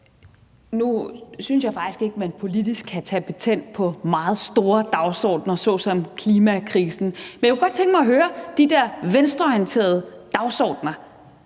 Nu synes jeg faktisk ikke, at man politisk kan tage patent på meget store dagsordener såsom klimakrisen. Men jeg kunne godt tænke mig at høre noget i forhold til de der venstreorienterede dagsordener.